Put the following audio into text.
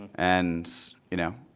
and, you know,